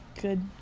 Good